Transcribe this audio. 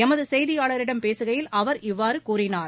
எமதுசெய்தியாளரிடம் பேசுகையில் அவர் இவ்வாறுகூறினார்